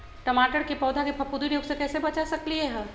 टमाटर के पौधा के फफूंदी रोग से कैसे बचा सकलियै ह?